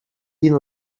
been